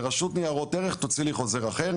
ורשות ניירות ערך תוציא לי חוזר אחר.